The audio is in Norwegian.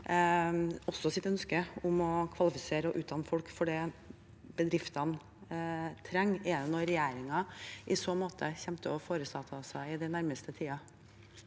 ønske om å kvalifisere og utdanne folk for det bedriftene trenger? Er det noe regjeringen i så måte kommer til å foreta seg i den nærmeste tiden?